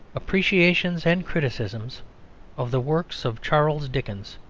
appreciations and criticisms of the works of charles dickens,